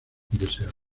deseado